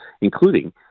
including